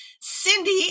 Cindy